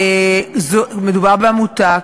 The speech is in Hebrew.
זו עמותה?